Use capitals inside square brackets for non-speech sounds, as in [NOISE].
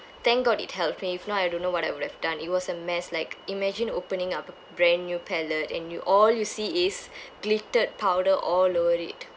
thank god it helped me if not I don't know what I would have done it was a mess like imagine opening up a brand new palette and you all you see is [BREATH] glittered powder all over it